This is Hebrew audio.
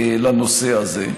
לנושא הזה.